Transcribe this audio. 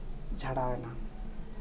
ᱪᱷᱟᱰᱟᱣ ᱮᱱᱟ